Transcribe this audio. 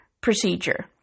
procedure